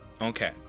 Okay